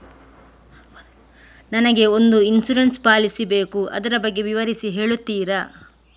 ನನಗೆ ಒಂದು insurance policy ಬೇಕು ಅದರ ಬಗ್ಗೆ ವಿವರಿಸಿ ಹೇಳುತ್ತೀರಾ?